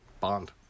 Bond